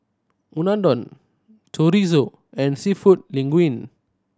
Unadon Chorizo and Seafood Linguine